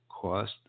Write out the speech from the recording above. Cost